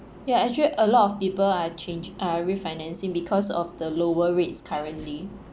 ya actually a lot of people are changi~ are refinancing because of the lower rates currently